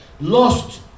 lost